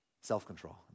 Self-control